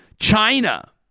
China